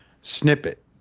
Snippet